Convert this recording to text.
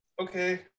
Okay